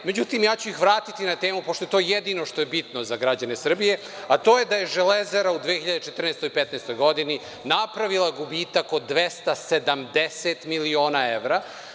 Međutim, ja ću ih vratiti na temu, pošto je to jedino što je bitno za građane Srbije, a to je da je „Železara“ u 2014. i 2015. godini napravila gubitak od 270 miliona evra.